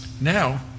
Now